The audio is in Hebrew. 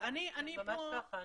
זה ממש ככה.